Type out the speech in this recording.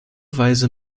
weise